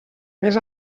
més